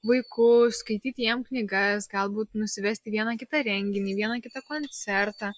vaiku skaityti jam knygas galbūt nusivesti į vieną kitą renginį vieną kitą koncertą